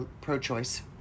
Pro-choice